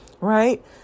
Right